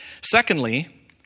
Secondly